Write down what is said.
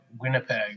winnipeg